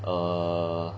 err